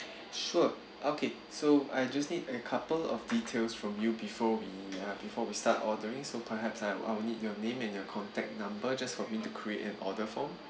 sure okay so I just need a couple of details from you before we uh before we start ordering so perhaps I will I will need your name and your contact number just for me to create an order form